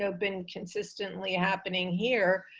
ah been consistently happening here,